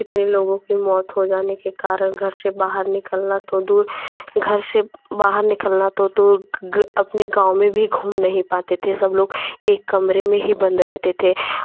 इतने लोगों की मौत हो जाने के कारण घर से बाहर निकलना तो दूर घर से बाहर निकलना तो दूर अपने गाँव में भी घूम नहीं पाते थे सब लोग एक कमरे में ही बंद रहते थे